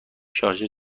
شارژر